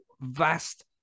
vast